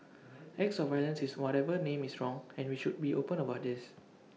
acts of violence is whatever name is wrong and we should be open about this